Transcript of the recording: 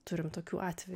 turim tokių atvejų